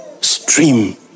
stream